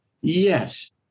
Yes